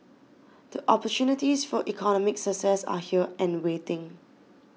the opportunities for economic success are here and waiting